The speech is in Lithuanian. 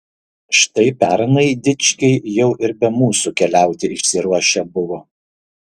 štai pernai dičkiai jau ir be mūsų keliauti išsiruošę buvo